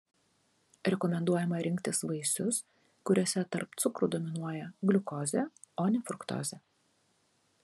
rekomenduojama rinktis vaisius kuriuose tarp cukrų dominuoja gliukozė o ne fruktozė